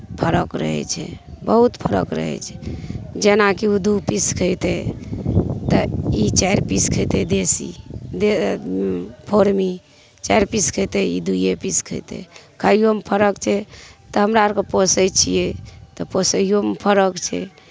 फरक रहै छै बहुत फरक रहै छै जेना कि ओ दू पीस खइतै तऽ ई चारि पीस खइतै देशी फौर्मी चारि पीस खइतै ई दुइये पीस खइतै खाइयोमे फरक छै तऽ हमरा कऽ पोसैत छियै तऽ पोसैयोमे फरक छै